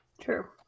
True